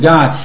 God